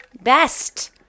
Best